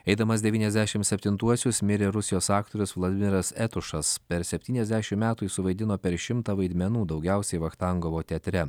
eidamas devyniasdešimt septintuosius mirė rusijos aktorius vladimiras etušas per septyniasdešimt metų jis suvaidino per šimtą vaidmenų daugiausiai vachtangovo teatre